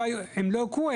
הם לא הוכרו,